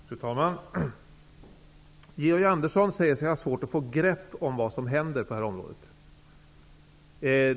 Fru talman! Georg Andersson säger sig ha svårt att få grepp om vad som händer på det här området.